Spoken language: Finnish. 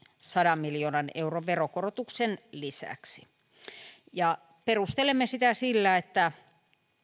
sadan miljoonan euron veronkorotuksen lisäksi perustelemme sitä sillä että